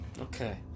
Okay